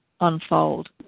unfold